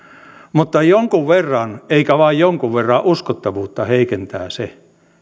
mutta jonkun verran eikä vain jonkun verran uskottavuutta heikentää se